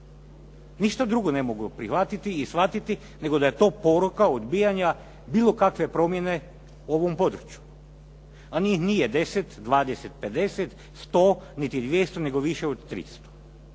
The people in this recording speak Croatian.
Ništa drugo ne mogu prihvatiti i shvatiti, nego da je to poruka odbijanja bilo kakve promjene na ovom području. A njih nije 10, 20, 50, 100, niti 200, nego više od 300.